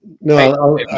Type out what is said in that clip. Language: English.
No